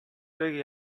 kõige